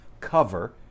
cover